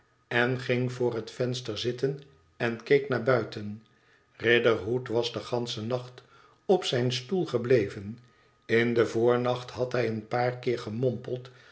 en ging voor het venster zitten en keek naar buiten kiderhood was den ganschen nacht op zijn stoel gebleven in den voomacht had hij een paar keer